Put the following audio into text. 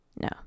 No